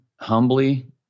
humbly